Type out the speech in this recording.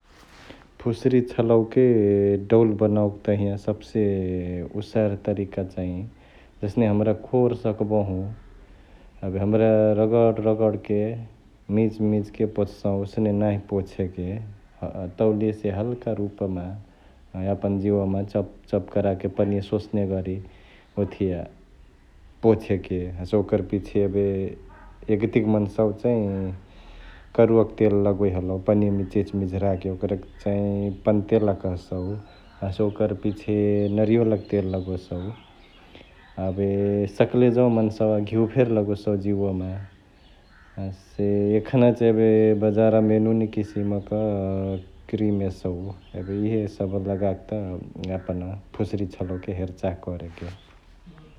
फुस्री छलवके डौल बनवेके तहिया सब्से उसार तरिका चैं जसने हमरा खोर सकबहु एबे हमरा रगडरगडके मिचमिचके पोछसहु ओसने नाँही पोछेके, तौलियासे हल्का रूपमा यापन जियुवामा चपचप कराके पनिया सोस्नेगरी ओथिया पोछेके । हसे ओकर पिछे एबे यगतिक मन्सवा चैं करुवाक तेल लगोइ हलउ पनियामा इचिहिची मिझराके ओकरके चैं पन्तेला कहसउ हसे ओकर पिछे नारीवलक तेल लगोसउ । एबे सक्ले जौं मन्सावा घिउ फेरी लगोसउ जिउवामा । हसे एखना चैं एबे बजारमा एनुने किसिमक क्रीम एसउ एबे इहे सब लगाके त यापन फुस्री छलवके हेरचाह करेके ।